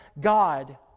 God